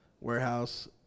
warehouse